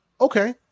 Okay